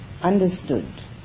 understood